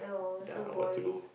ya what to do